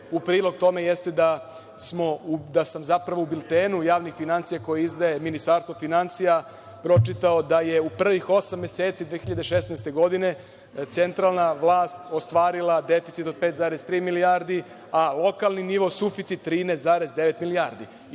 u prilog tome, jeste da sam, zapravo u biltenu javnih finansija koje izdaje Ministarstvo finansija pročitao da je u prvih osam meseci 2016. godine centralna vlast ostvarila deficit od 5,3 milijardi, a lokalni nivo suficit 13,9 milijardi.